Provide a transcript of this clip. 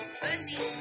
fuzzy